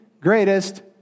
greatest